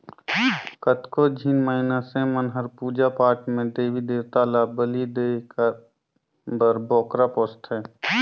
कतको झिन मइनसे मन हर पूजा पाठ में देवी देवता ल बली देय बर बोकरा पोसथे